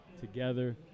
together